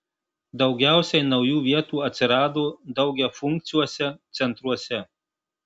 daugiausiai naujų vietų atsirado daugiafunkciuose centruose